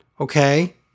Okay